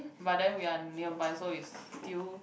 but then we are nearby so is still